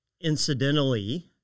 incidentally